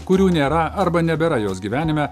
kurių nėra arba nebėra jos gyvenime